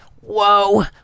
whoa